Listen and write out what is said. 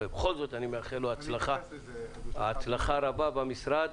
ובכל זאת אני מאחל לו הצלחה רבה במשרד.